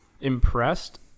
impressed